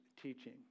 teaching